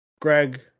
Greg